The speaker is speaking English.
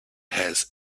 has